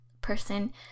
person